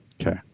Okay